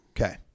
okay